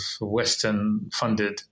Western-funded